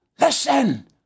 Listen